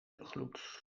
gloed